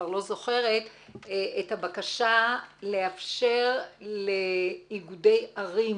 את הבקשה לאפשר לאיגודי ערים